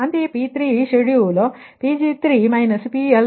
ಅಂತೆಯೇP3 schedule Pg3 PL3 ಆಗಿದೆ